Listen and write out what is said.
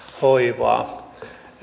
hoivaa